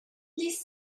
this